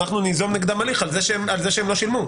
אנחנו ניזום נגדם הליך על זה שהם לא שילמו.